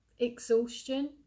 exhaustion